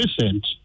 recent